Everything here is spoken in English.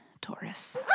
Taurus